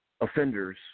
offenders